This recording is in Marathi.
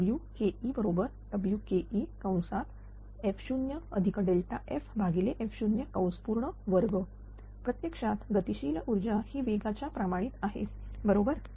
Wke Wke0f0ff02 प्रत्यक्षात गतिशील ऊर्जा ही वेगाच्या प्रमाणित आहे बरोबर